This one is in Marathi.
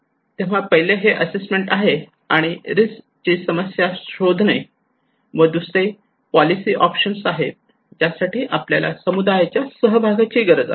तेव्हा पहिले हे असेसमेंट आहे आणि रिस्क ची समस्या शोधणे व दुसरे पोलिसी ऑप्शन्स आहे ज्यासाठी आपल्याला समुदायाच्या सहभागाची गरज आहे